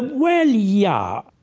well, yeah,